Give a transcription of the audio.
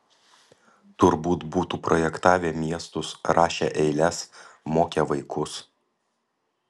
turbūt būtų projektavę miestus rašę eiles mokę vaikus